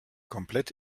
komplett